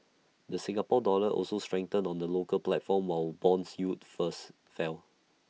the Singapore dollar also strengthened on the local platform while Bond yields first fell